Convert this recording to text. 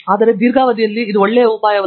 ಆದರೆ ದೀರ್ಘಾವಧಿಯಲ್ಲಿ ಅದು ಒಳ್ಳೆಯ ಉಪಾಯವಲ್ಲ